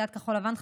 סיעת כחול לבן,